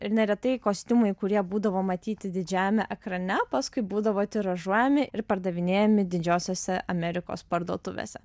ir neretai kostiumai kurie būdavo matyti didžiajame ekrane paskui būdavo tiražuojami ir pardavinėjami didžiosiose amerikos parduotuvėse